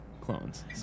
Clones